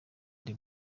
the